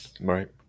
Right